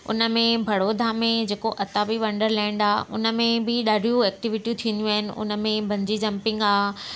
उन में बड़ोदा में जेको अताबी वंडरलैंड आहे उन में बि ॾाढियूं एक्टिविटियूं थींदियूं आहिनि उन में बंजी जंपिंग आहे